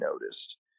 noticed